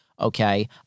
okay